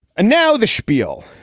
and now the spiel.